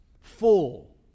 full